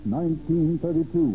1932